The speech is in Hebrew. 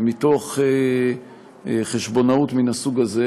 מתוך חשבונאות מן הסוג הזה,